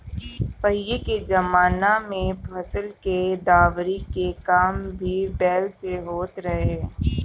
पहिले के जमाना में फसल के दवरी के काम भी बैल से होत रहे